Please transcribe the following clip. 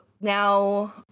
now